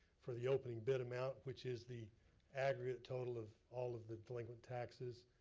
for the opening bid amount which is the aggregate total of all of the delinquent taxes,